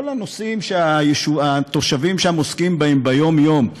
כל הנושאים שהתושבים שם עוסקים בהם ביום-יום,